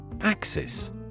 Axis